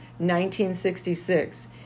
1966